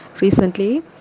recently